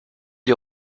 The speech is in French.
les